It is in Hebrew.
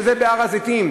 וזה הר-הזיתים.